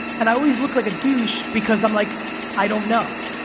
and i always look like a douche because um like i don't know.